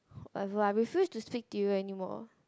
whatever I refuse to speak to you anymore